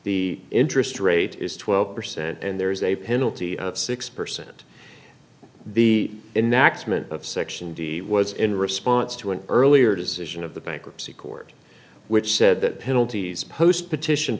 the interest rate is twelve percent and there is a penalty of six percent the next moment of section d was in response to an earlier decision of the bankruptcy court which said that penalties post petition